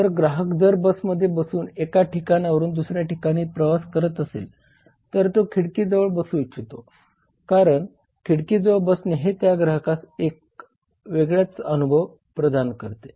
तर ग्राहक जर बसमध्ये बसून एका ठिकाणावरून दुसऱ्या ठिकाणी प्रवास करत असेल तर तो खिडकी जवळ बसू इच्छितो कारण खिडकी जवळ बसने हे त्या ग्राहकास एक वेगळाच अनुभव देतो